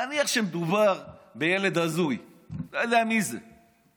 נניח שמדובר בילד הזוי, אני לא יודע מי זה.